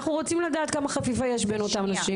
אנחנו רוצים לדעת כמה חפיפה יש בין אותם אנשים.